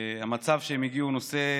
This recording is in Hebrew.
המצב שהם הגיעו אליו הוא נושא